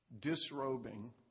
disrobing